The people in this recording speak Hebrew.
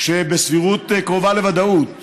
שבסבירות קרובה לוודאות